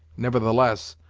nevertheless,